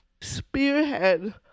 spearhead